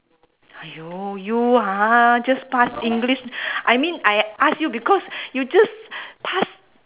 !haiyo! you ha just pass english I mean I ask you because you just pass